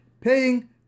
paying